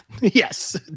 yes